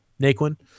Naquin